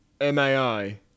M-A-I